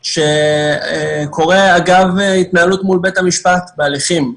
שקורה אגב התנהלות בית המשפט בהליכים.